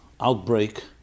outbreak